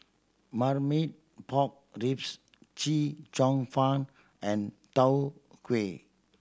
Marmite Pork Ribs Chee Cheong Fun and Tau Huay